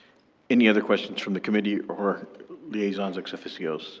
any other questions from the committee or liaisons ex officio? so